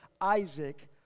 Isaac